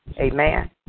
Amen